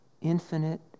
infinite